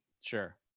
Sure